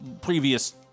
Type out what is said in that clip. previous